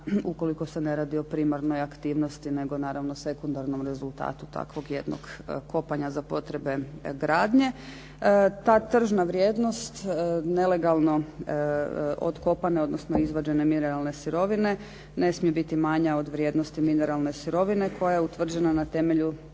ukoliko se ne radi o primarnoj aktivnosti nego naravno sekundarnom rezultatu takvog jednog kopanja za potrebe gradnje. Ta tržna vrijednost nelegalno otkopane odnosno izvađene mineralne sirovine ne smije biti manja od vrijednosti mineralne sirovine koja je utvrđena na temelju